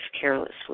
carelessly